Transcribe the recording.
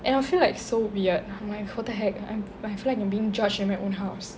and I feel like so weird I'm like what the heck I I feel like I'm being judged in my own house